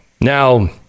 Now